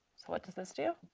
so what does this do?